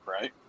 right